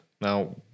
Now